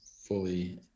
fully